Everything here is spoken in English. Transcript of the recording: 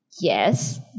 yes